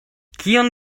kion